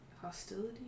hostility